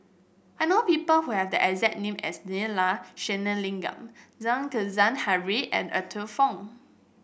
I know people who have the exact name as Neila Sathyalingam Then Kezhan Henri and Arthur Fong